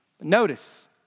Notice